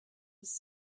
was